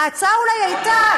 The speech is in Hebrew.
ההצעה אולי הייתה,